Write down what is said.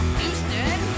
Houston